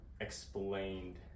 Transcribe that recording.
explained